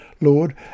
Lord